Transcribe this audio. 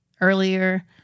earlier